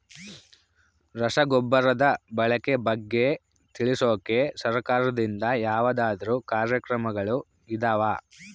ರಸಗೊಬ್ಬರದ ಬಳಕೆ ಬಗ್ಗೆ ತಿಳಿಸೊಕೆ ಸರಕಾರದಿಂದ ಯಾವದಾದ್ರು ಕಾರ್ಯಕ್ರಮಗಳು ಇದಾವ?